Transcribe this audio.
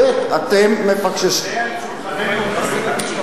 הבט, אתם מפקששים, זה על שולחננו כרגע.